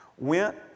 went